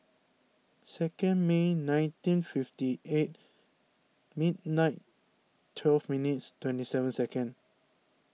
second May nineteen fifty eight midnight twelve minutes twenty seven second